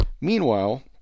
Meanwhile